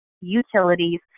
utilities